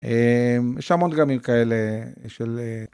יש המון דגמים כאלה של.